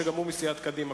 שגם הוא מסיעת קדימה,